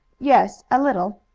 yes, a little.